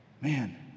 man